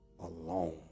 alone